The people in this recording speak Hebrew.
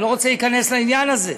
אני לא רוצה להיכנס לעניין הזה,